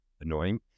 annoying